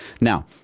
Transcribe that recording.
Now